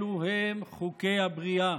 אלו הם חוקי הבריאה.